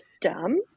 dumb